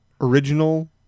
original